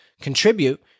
contribute